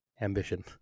ambition